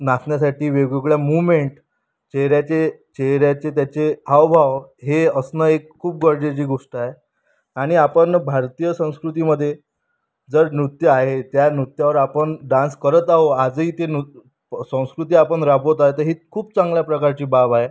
नाचण्यासाठी वेगवेगळ्या मुवमेंट चेहऱ्याचे चेहऱ्याचे त्याचे हावभाव हे असणं ही खूप गरजेची गोष्ट आहे आणि आपण भारतीय संस्कृतीमध्ये जर नृत्य आहे त्या नृत्यावर आपण डान्स करत आहो आजही ते नृ संस्कृती आपण राबवत आहे तर ही खूप चांगल्या प्रकारची बाब आहे